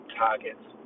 targets